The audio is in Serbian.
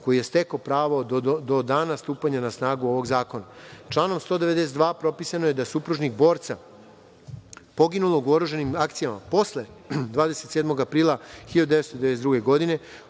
koji je stekao pravo do dana stupanja na snagu ovog zakona. Članom 192. propisano je da supružnik borca poginulog u oružanim akcijama posle 27. aprila 1992. godine,